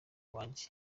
wanjye